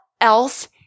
else